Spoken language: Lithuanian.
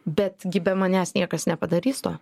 bet gi be manęs niekas nepadarys to